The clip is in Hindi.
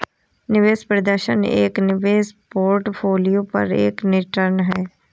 निवेश प्रदर्शन एक निवेश पोर्टफोलियो पर एक रिटर्न है